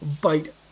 bite